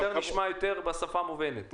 נשמע בשפה יותר מובנת.